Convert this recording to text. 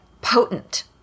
potent